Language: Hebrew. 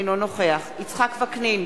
אינו נוכח יצחק וקנין,